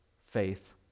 faith